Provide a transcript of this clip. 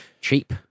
Cheap